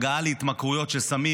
הגעה להתמכרויות של סמים,